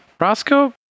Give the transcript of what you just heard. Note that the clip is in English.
Roscoe